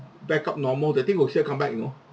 back up normal the thing will still come back you know